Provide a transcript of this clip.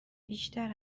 بیشتر